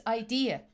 idea